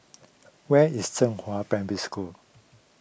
where is Zhenghua Primary School